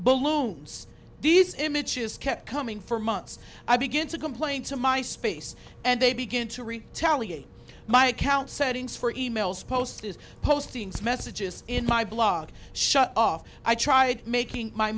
balloons these images kept coming for months i begin to complain to my space and they begin to retaliate my account settings for emails posts his postings messages in my blog shut off i tried making my